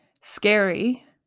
scary